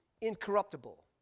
incorruptible